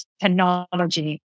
technology